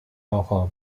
状况